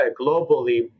globally